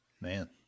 Man